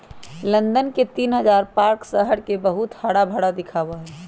London के तीन हजार पार्क शहर के बहुत हराभरा दिखावा ही